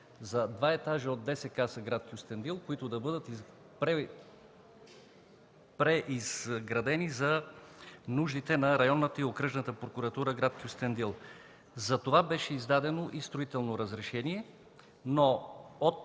за два етажа от ДСК–гр. Кюстендил, които да бъдат преизградени за нуждите на Районната и Окръжната прокуратура – град Кюстендил. Затова беше издадено и строително разрешение, но от